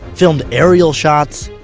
filmed aerial shots.